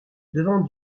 devant